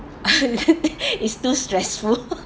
is too stressful